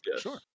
Sure